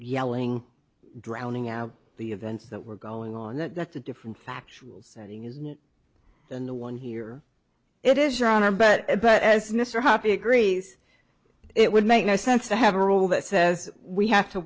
yelling drowning out the events that were going on that the different factual setting is the new one here it is your honor but but as mr happy agrees it would make no sense to have a rule that says we have to